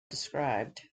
described